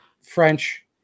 French